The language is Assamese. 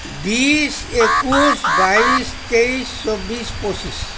বিছ একৈছ বাইছ তেইছ চৌবিছ পঁচিছ